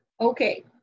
Okay